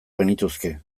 genituzke